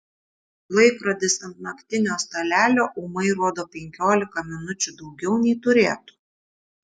laikrodis ant naktinio stalelio ūmai rodo penkiolika minučių daugiau nei turėtų